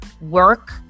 work